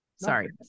Sorry